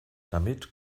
damit